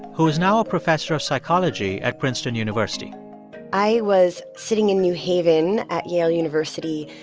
who is now a professor of psychology at princeton university i was sitting in new haven at yale university,